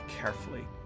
carefully